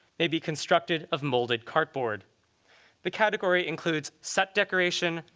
maybe constructed of molded cardboard the category includes set decoration,